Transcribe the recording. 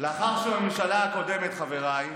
לאחר שבממשלה הקודמת, חבריי,